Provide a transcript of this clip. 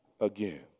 again